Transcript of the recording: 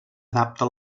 adapta